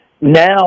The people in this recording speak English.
Now